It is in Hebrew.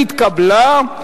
נתקבלה.